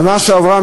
בשנה שעברה,